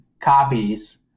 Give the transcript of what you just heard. copies